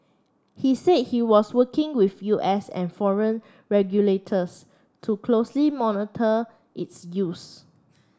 he said he was working with U S and foreign regulators to closely monitor its use